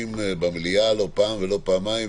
ויכוחים במליאה לא פעם ולא פעמיים,